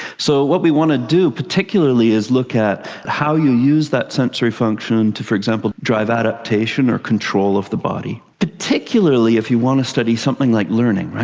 so what we want to do, particularly, is look at how you use that sensory function to, for example, drive adaptation or control of the body, particularly if you want to study something like learning, right?